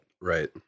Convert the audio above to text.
Right